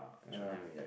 ya